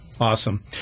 Awesome